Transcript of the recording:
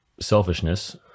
selfishness